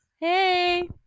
Hey